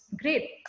Great